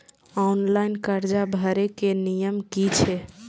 Online कर्जा भरे के नियम की छे?